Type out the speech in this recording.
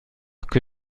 que